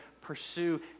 pursue